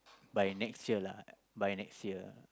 by next year lah by next year